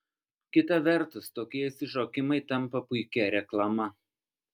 kita vertus tokie išsišokimai tampa puikia reklama